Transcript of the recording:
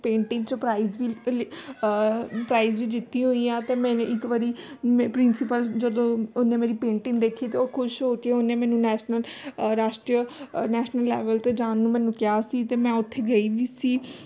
painting 'ਚ prize ਵੀ price ਵੀ ਜਿੱਤੀ ਹੋਈ ਆ ਤੇ ਮੇਰੇ ਇੱਕ ਵਾਰ ਮੈਂ ਪ੍ਰਿੰਸੀਪਲ ਜਦੋਂ ਉਹਨੇ ਮੇਰੀ ਪੇਂਟਿੰਗ ਦੇਖੀ ਤਾਂ ਉਹ ਖੁਸ਼ ਹੋ ਕੇ ਉਹਨੇ ਮੈਨੂੰ ਨੈਸ਼ਨਲ ਰਾਸ਼ਟਰੀ ਨੈਸ਼ਨਲ ਲੈਵਲ 'ਤੇ ਜਾਣ ਨੂੰ ਮੈਨੂੰ ਕਿਹਾ ਸੀ ਅਤੇ ਮੈਂ ਉੱਥੇ ਗਈ ਵੀ ਸੀ